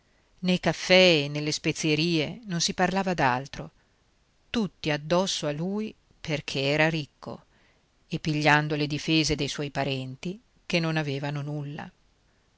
nei caffè e nelle spezierie non si parlava d'altro tutti addosso a lui perch'era ricco e pigliando le difese dei suoi parenti che non avevano nulla